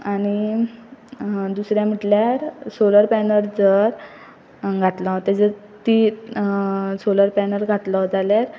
आनी दुसरें म्हटल्यार सोलर पॅनल जर घातलो तेजर ती सोलर पॅनल घातलो जाल्यार